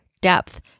depth